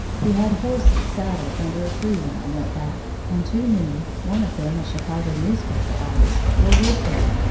he had horses saddled under a tree when i went back, and two men, one of them a chicago newspaper artist, were with him.